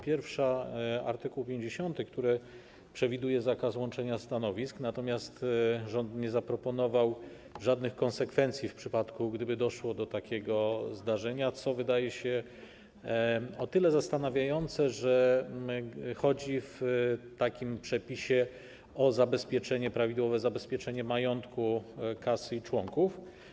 Pierwsza dotyczy art. 50, który przewiduje zakaz łączenia stanowisk, natomiast rząd nie zaproponował żadnych konsekwencji w przypadku, gdyby doszło do takiego zdarzenia, co wydaje się o tyle zastanawiające, że chodzi w tym przepisie o prawidłowe zabezpieczenie majątku kasy i członków.